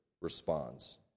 responds